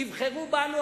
תבחרו בנו,